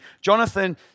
Jonathan